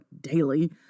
daily